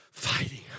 Fighting